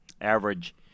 average